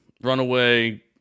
Runaway